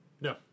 no